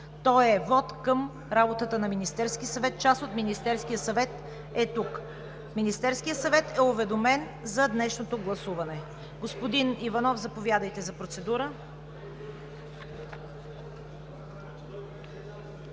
Той е вот към работата на Министерския съвет, част от Министерския съвет е тук. Министерският съвет е уведомен за днешното гласуване. Господин Иванов, заповядайте за процедура.